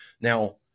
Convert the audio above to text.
Now